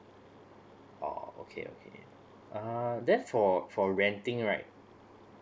oh okay okay um then for for renting right